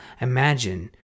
Imagine